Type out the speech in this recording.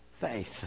faith